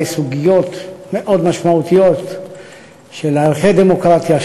סוגיות מאוד משמעותיות של ערכי דמוקרטיה,